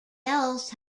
else